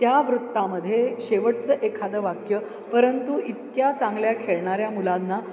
त्या वृत्तामध्ये शेवटचं एखादं वाक्य परंतु इतक्या चांगल्या खेळणाऱ्या मुलांना